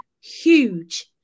huge